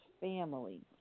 family